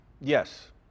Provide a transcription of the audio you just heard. Yes